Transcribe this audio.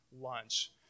lunch